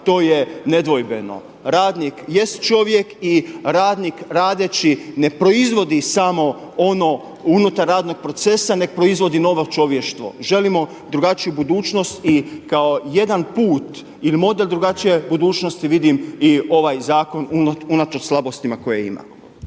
to je nedvojbeno. Radnik jest čovjek i radnik radeći ne proizvodi samo ono unutar radnog procesa, nego proizvodi novo čovještvo. Želimo drugačiju budućnost i kao jedan put ili model drugačije budućnosti vidim i ovaj zakon unatoč slabostima koje ima.